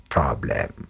Problem